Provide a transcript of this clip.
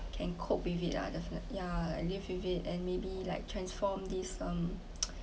can cope with it lah definitely yeah live with it and maybe like transform this um